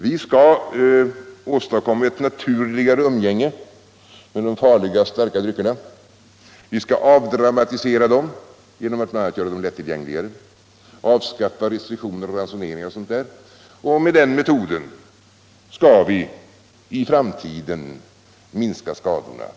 Vi skall åstadkomma ett naturligare umgänge med de farliga starka dryckerna, hette det. Vi skall avdramatisera dem genom att bl.a. göra dem lätttillgängligare. Vi skall avskaffa restriktioner, ransoneringar och sådant, och med den metoden skall vi i framtiden minska skadorna.